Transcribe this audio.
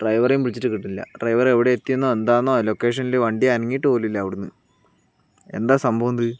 ഡ്രൈവറെയും വിളിച്ചിട്ട് കിട്ടുന്നില്ല ഡ്രൈവർ എവിടെയെത്തിയെന്നോ എന്താന്നോ ലൊക്കേഷനിൽ വണ്ടി അനങ്ങീട്ടുപോലുമില്ല അവിടുന്ന് എന്താ സംഭവം അത്